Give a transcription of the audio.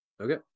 Okay